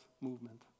Movement